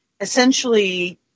essentially